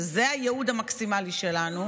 שזה הייעוד המקסימלי שלנו,